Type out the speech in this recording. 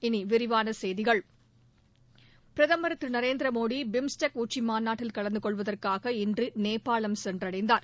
இனி விரிவான செய்திகள் பிரதமர் திரு நரேந்திரமோடி பிம்ஸ்டெக் உச்சிமாநாட்டில் கலந்து கொள்வதற்காக இன்று நோபாளம் சென்றடைந்தார்